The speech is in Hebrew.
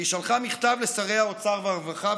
והיא שלחה מכתב לשרי האוצר והרווחה.